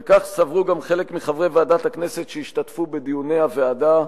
וכך סברו גם חלק מחברי ועדת הכנסת שהשתתפו בדיוני הוועדה,